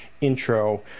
intro